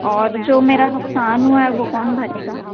और जो मेरा जो नुक़सान हुआ है वह कौन भरेगा